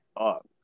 up